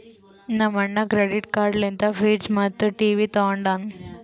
ನಮ್ ಅಣ್ಣಾ credit card ಲಿಂತೆ ಫ್ರಿಡ್ಜ್ ಮತ್ತ ಟಿವಿ ತೊಂಡಾನ